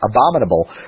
abominable